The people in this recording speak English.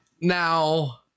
now